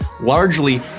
largely